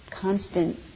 constant